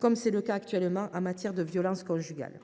comme c’est le cas actuellement en matière de violences conjugales.